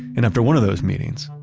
and after one of those meetings,